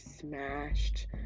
smashed